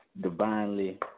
Divinely